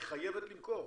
היא חייבת למכור?